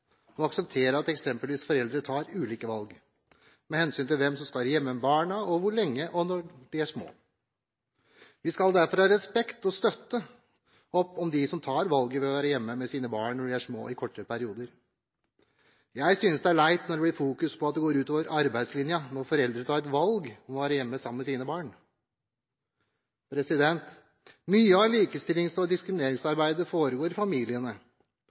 å akseptere at eksempelvis foreldre tar ulike valg med hensyn til hvem som skal være hjemme med barna og hvor lenge når de er små. Vi skal ha respekt for og støtte opp om dem som tar valget om å være hjemme med sine barn i kortere perioder når de er små. Jeg synes det er leit når det fokuseres på at det går ut over arbeidslinjen når foreldre tar et valg om å være hjemme sammen med sine barn. Mye av likestillings- og diskrimineringsarbeidet foregår i familiene.